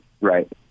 right